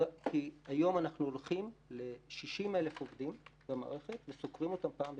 היום אנחנו הולכים ל-60,000 עובדים במערכת וסוקרים אותם פעם בשבוע.